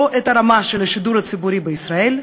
לא את הרמה של השידור הציבורי בישראל,